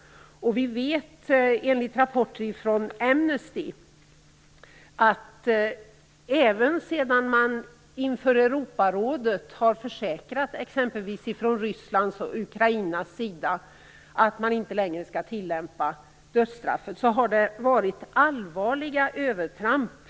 Av rapporter från Amnesty vet vi att även efter det att exempelvis Ryssland och Ukraina inför Europarådet försäkrat att man inte längre skulle tillämpa dödsstraffet har det förekommit allvarliga övertramp.